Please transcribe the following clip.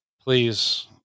Please